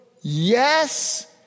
yes